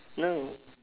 no